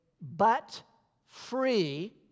but-free